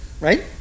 Right